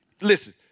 Listen